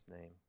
name